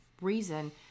reason